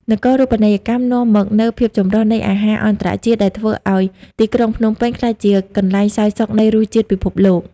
នគរូបនីយកម្មនាំមកនូវ "ភាពចម្រុះនៃអាហារអន្តរជាតិ" ដែលធ្វើឱ្យទីក្រុងភ្នំពេញក្លាយជាកន្លែងសោយសុខនៃរសជាតិពិភពលោក។